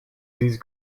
these